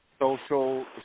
social